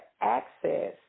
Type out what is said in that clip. access